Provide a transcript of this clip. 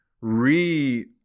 re